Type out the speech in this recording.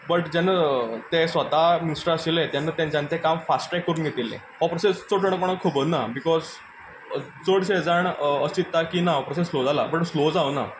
but जेन्ना ते स्वता मिनिस्टर आशिल्ले तेन्ना तांणी तें काम फास्ट्रेक करून घेतिल्लें हो प्रोसेस चड कोणांक खबर ना बिकोज चडशे जाण अशें चित्तात की हो प्रोसेस स्लो जाला बट स्लो जावूना